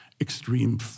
extreme